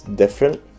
Different